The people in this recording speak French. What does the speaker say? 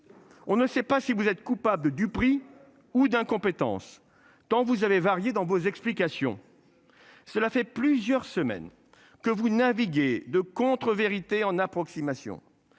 On ne sait pas si vous êtes coupable du prix ou d'incompétence temps vous avez varié dans vos explications. Cela fait plusieurs semaines que vous naviguez de contre-vérités en approximation.